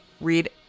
read